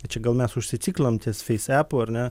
tai čia gal mes užsiciklinom ties feisepu ar ne